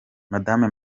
madame